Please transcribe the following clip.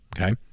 Okay